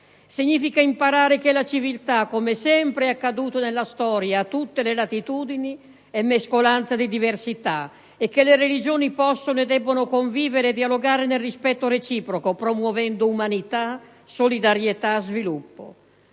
significa imparare che la civiltà - come sempre è accaduto nella storia, a tutte le latitudini - è mescolanza di diversità e che le religioni possono e debbono convivere e dialogare nel rispetto reciproco, promuovendo umanità, solidarietà, sviluppo